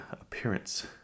appearance